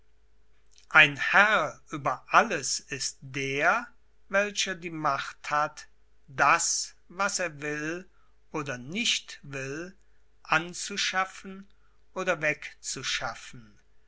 ein herr über alles ist der welcher die macht hat das was er will oder nicht will anzuschaffen oder wegzuschaffen